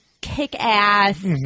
kick-ass